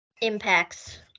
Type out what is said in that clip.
impacts